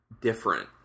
different